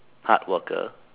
hard worker